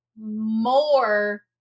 more